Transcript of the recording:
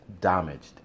damaged